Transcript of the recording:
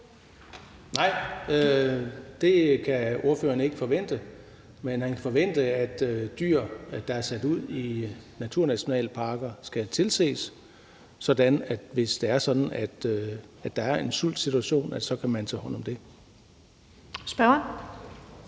Nej, det kan ordføreren ikke forvente. Men han kan forvente, at dyr, der er sat ud i naturnationalparker, skal tilses, sådan at hvis der er en sultsituation, kan man tage hånd om det. Kl.